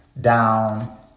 down